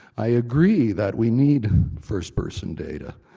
i agree that we need first-person data,